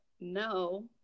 No